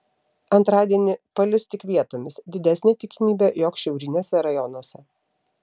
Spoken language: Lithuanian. antradienį palis tik vietomis didesnė tikimybė jog šiauriniuose rajonuose